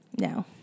No